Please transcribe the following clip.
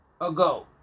ago